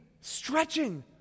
stretching